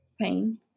pain